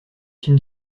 films